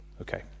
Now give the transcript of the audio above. Okay